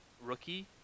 rookie